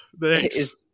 thanks